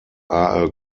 are